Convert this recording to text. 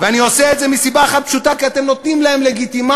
ואני עושה את זה מסיבה אחת פשוטה: כי אתם נותנים להם לגיטימציה,